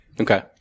Okay